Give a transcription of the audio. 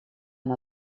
amb